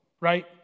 right